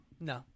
No